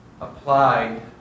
applied